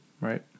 Right